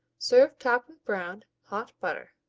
serve topped with browned, hot butter.